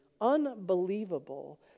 Unbelievable